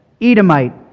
Edomite